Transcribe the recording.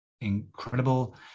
incredible